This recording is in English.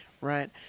Right